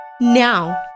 Now